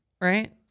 right